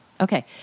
Okay